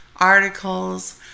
articles